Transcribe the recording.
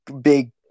big